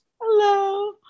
Hello